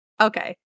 Okay